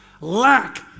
Lack